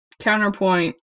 Counterpoint